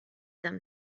them